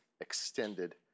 extended